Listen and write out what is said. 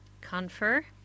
Confer